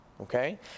Okay